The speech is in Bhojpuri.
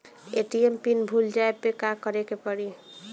ए.टी.एम पिन भूल जाए पे का करे के पड़ी?